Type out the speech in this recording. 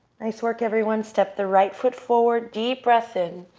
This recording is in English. nice work everyone. step the right foot forward, deep breath in.